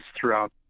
throughout